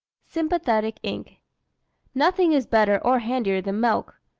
sympathetic ink nothing is better or handier than milk.